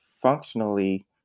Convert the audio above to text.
functionally